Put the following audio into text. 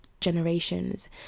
generations